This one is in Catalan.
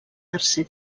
tercer